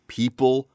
people